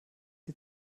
die